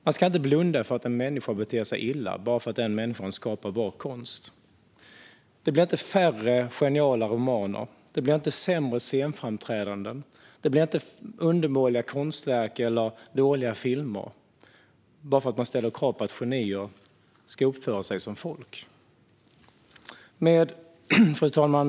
Man ska inte blunda för att en människa beter sig illa bara för att den människan skapar bra konst. Det blir inte färre geniala romaner, det blir inte sämre scenframträdanden och det blir inte undermåliga konstverk eller dåliga filmer bara för att man ställer krav på att genier ska uppföra sig som folk. Fru talman!